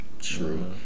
True